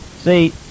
See